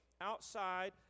outside